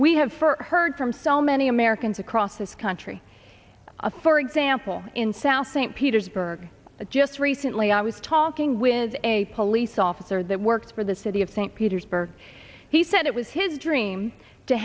we have for heard from so many americans across this country a for example in south st petersburg just recently i was talking with a police officer that worked for the city of st petersburg he said it was his dream to